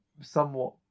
somewhat